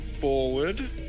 forward